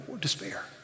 despair